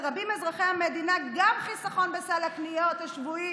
הם יאפשרו לרבים מאזרחי המדינה גם חיסכון בסל הקניות השבועי